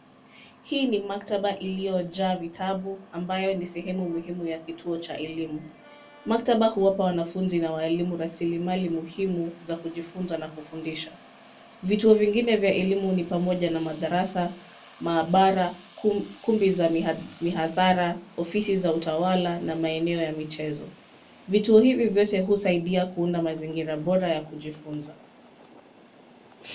Hii ni maktaba iliyojaa vitabu ambayo ni sehemu muhimu ya kituo cha elimu. Maktaba huwapa wanafunzi na walimu rasilimali muhimu za kujifunza na kufundisha. Vituo vingine vya elimu ni pamoja na madarasa, maabara, kumbi za mihadhara, ofisi za utawala na maeneo ya michezo. Vituo hivi vyote husaidia kuunda mazingira bora ya kujifunza.